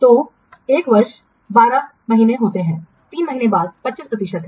तो एक वर्ष 12 महीने है 3 महीने के बाद 25 प्रतिशत है